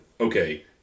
okay